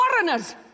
foreigners